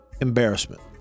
embarrassment